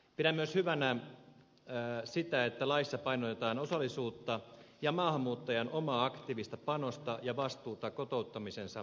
pidän myös hyvänä sitä että laissa painotetaan osallisuutta ja maahanmuuttajan omaa aktiivista panosta ja vastuuta kotouttamisensa edistämisessä